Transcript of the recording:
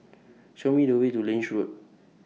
Show Me The Way to Lange Road